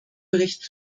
bericht